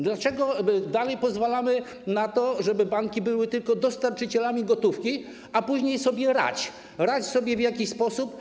Dlaczego dalej pozwalamy na to, żeby banki były tylko dostarczycielami gotówki, a później: radź sobie sam, radź sobie w jakiś sposób.